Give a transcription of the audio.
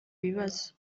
bibazo